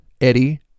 Eddie